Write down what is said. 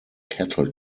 cattle